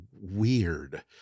weird